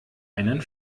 einen